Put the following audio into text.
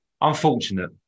unfortunate